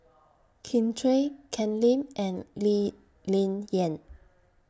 Kin Chui Ken Lim and Lee Ling Yen